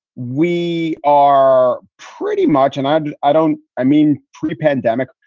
we are pretty much and i. but i don't. i mean, pre pandemic.